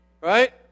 Right